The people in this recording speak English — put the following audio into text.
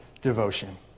devotion